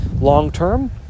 long-term